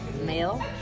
Male